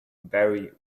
very